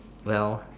well